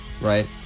Right